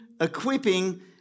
equipping